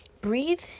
breathe